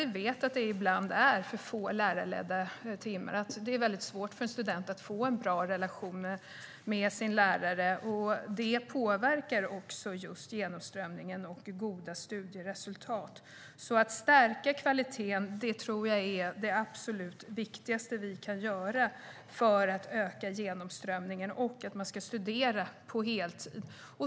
Vi vet att det ibland är för få lärarledda timmar, vilket gör det svårt för en student att få en bra relation till sin lärare. Detta påverkar också genomströmningen och goda studieresultat. Att stärka kvaliteten är det absolut viktigaste vi kan göra för att öka genomströmningen och att se till att man studerar på heltid.